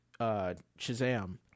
Shazam